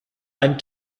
ein